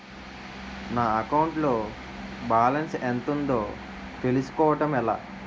నా అకౌంట్ లో బాలన్స్ ఎంత ఉందో తెలుసుకోవటం ఎలా?